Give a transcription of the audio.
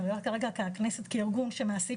אני רואה כרגע את הכנסת כארגון שמעסיק